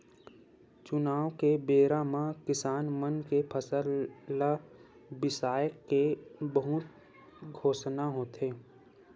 चुनाव के बेरा म किसान मन के फसल ल बिसाए के बहुते घोसना होथे